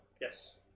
Yes